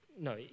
No